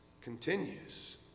continues